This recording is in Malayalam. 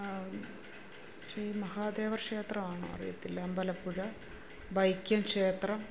ശ്രീ മഹാദേവ ക്ഷേത്രമാണോ അറിയത്തില്ല അമ്പലപ്പുഴ വൈക്കം ക്ഷേത്രം